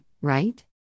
right